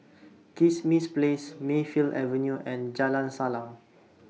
Kismis Place Mayfield Avenue and Jalan Salang